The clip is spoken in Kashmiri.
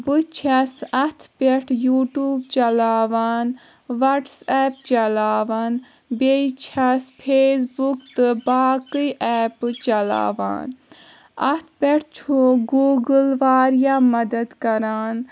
بہٕ چھس اَتھ پٮ۪ٹھ یوٗٹیوٗب چَلاوان وَٹس ایپ چَلاوان بیٚیہِ چھس فیسبُک تہٕ باقےٕ ایپہٕ چَلاوان اَتھ پٮ۪ٹھ چھُ گوٗگُل واریاہ مَدد کَران